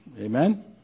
Amen